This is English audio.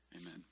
Amen